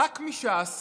ח"כ מש"ס